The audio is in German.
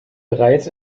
bereits